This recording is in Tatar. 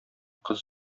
кыз